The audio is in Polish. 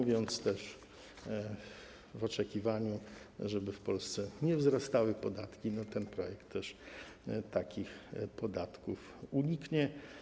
Powiem też o oczekiwaniu, żeby w Polsce nie wzrastały podatki, że ten projekt też takich podatków uniknie.